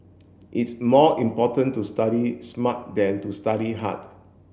it's more important to study smart than to study hard